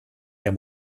der